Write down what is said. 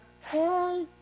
Hey